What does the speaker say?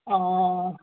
অঁ